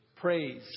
Praise